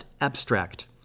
abstract